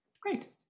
Great